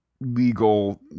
legal